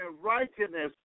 righteousness